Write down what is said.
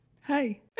Hi